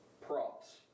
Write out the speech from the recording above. props